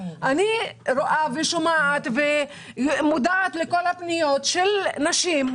אני רואה ושומעת ומודעת לכל הפניות של נשים,